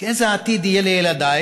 כי איזה עתיד יהיה לילדיי?